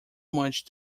much